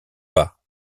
pas